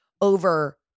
over